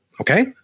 Okay